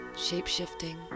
shape-shifting